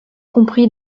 comprit